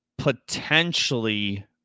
potentially